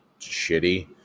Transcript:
shitty